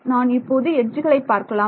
நான் இப்போது எட்ஜுகளை பார்க்கலாம்